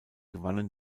gewannen